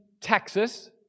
Texas